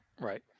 Right